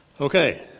Okay